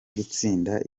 gutsinda